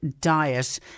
diet